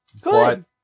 Good